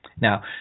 Now